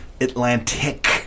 Atlantic